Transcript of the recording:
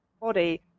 body